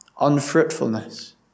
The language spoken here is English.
unfruitfulness